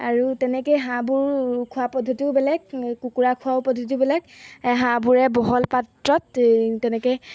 আৰু তেনেকেই হাঁহবোৰ খোৱা পদ্ধতিও বেলেগ কুকুৰা খোৱাও পদ্ধতিও বেলেগ হাঁহবোৰে বহল পাত্ৰত এই তেনেকৈ